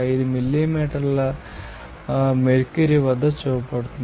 58 millimetre mercury వద్ద చూపబడుతుంది